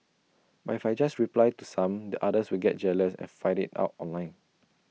but if I just reply to some the others will get jealous and fight IT out online